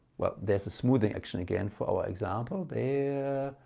well there's a smoothing action again for our example. there,